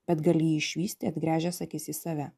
bet gali jį išvysti atgręžęs akis į save